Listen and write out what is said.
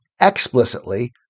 explicitly